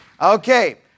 Okay